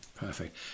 Perfect